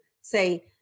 say